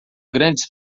grandes